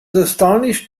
astonished